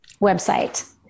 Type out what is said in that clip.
website